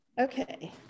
Okay